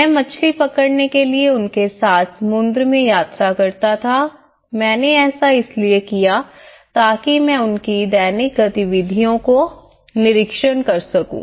मैं मछली पकड़ने के लिए उनके साथ समुद्र में यात्रा करता था मैंने ऐसा इसलिए किया ताकि में उनकी दैनिक गतिविधियों का निरीक्षण कर सकूं